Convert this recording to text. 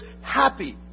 happy